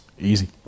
Easy